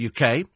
uk